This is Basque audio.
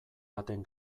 baten